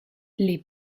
les